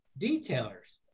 detailers